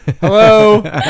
Hello